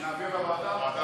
נעביר לוועדה?